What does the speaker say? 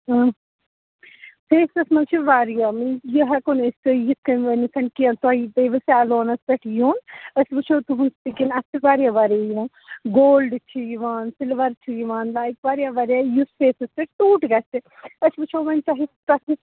فیسَس مَنٛز چھِ واریاہ یہِ ہیٚکو نہٕ أسۍ تۄہہِ یِتھٕ کٔنۍ ؤنِتھ کیٚنٛہہ تۄہہِ پٮ۪وٕ سیلانَس پٮ۪ٹھ یُن أسۍ وُچھو تُہٕنٛز سِکن اَسہِ چھِ واریاہ واریاہ یِوان گولڈ چھِ یِوان سِلوَر چھِ یِوان واریاہ واریاہ یُس فیسَس پٮ۪ٹھ سیوٗٹ گَژھِ أسۍ وُچھو وۅنۍ تۄہہِ تۄہہِ کٮُ۪تھ